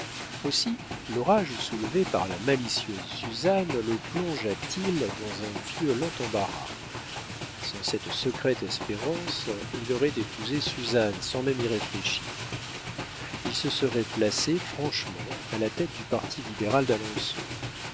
aussi l'orage soulevé par la malicieuse suzanne le plongea t il dans un violent embarras sans cette secrète espérance il aurait épousé suzanne sans même y réfléchir il se serait placé franchement à la tête du parti libéral d'alençon